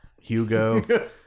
Hugo